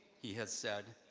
he has said,